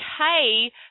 okay